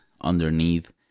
underneath